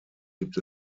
gibt